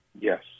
yes